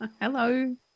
Hello